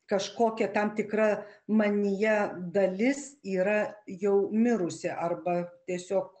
kažkokia tam tikra manyje dalis yra jau mirusi arba tiesiog